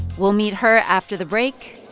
we'll meet her after the break.